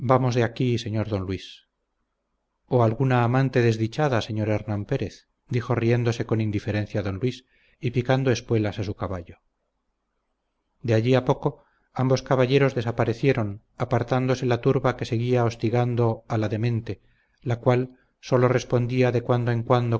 aquí señor don luis o alguna amante desdichada señor hernán pérez dijo riéndose con indiferencia don luis y picando espuelas a su caballo de allí a poco ambos caballeros desaparecieron apartándose la turba que seguía hostigan do a la demente la cual sólo respondía de cuando en cuando